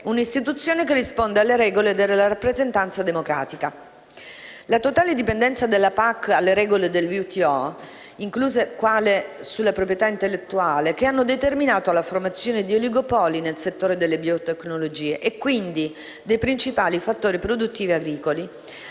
una istituzione che risponde alle regole della rappresentanza democratica. La totale dipendenza della PAC alle regole del WTO - incluse quelle sulla proprietà intellettuale, che hanno determinato la formazione di oligopoli nel settore delle biotecnologie e, quindi, dei principali fattori produttivi agricoli